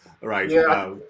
right